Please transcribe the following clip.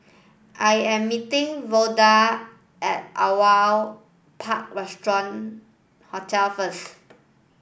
I am meeting Vonda at Aliwal Park Hotel first